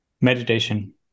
Meditation